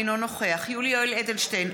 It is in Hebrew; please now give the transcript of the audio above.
אינו נוכח יולי יואל אדלשטיין,